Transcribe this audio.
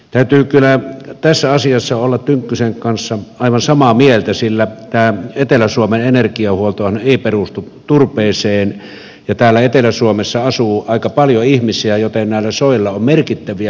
täytyy kyllä tässä asiassa olla tynkkysen kanssa aivan samaa mieltä sillä etelä suomen energiahuoltohan ei perustu turpeeseen ja täällä etelä suomessa asuu aika paljon ihmisiä joten näillä soilla on merkittäviä virkistysarvoja